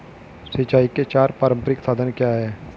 सिंचाई के चार पारंपरिक साधन क्या हैं?